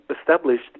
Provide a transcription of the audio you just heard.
established